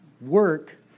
work